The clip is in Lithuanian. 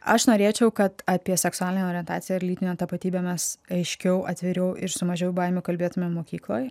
aš norėčiau kad apie seksualinę orientaciją ir lytinę tapatybę mes aiškiau atviriau ir su mažiau baimių kalbėtumėm mokykloj